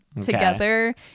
together